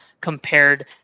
compared